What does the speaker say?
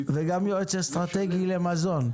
יועץ אסטרטגי למזון.